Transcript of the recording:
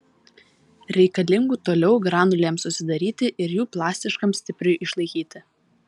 reikalingų toliau granulėms susidaryti ir jų plastiškam stipriui išlaikyti